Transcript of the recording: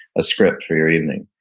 a script for your evening.